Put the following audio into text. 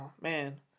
man